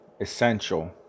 essential